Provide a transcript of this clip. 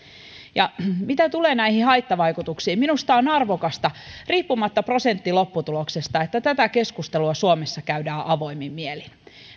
mitä tulee näihin haittavaikutuksiin minusta on arvokasta riippumatta prosenttilopputuloksesta että tätä keskustelua suomessa käydään avoimin mielin